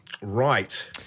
Right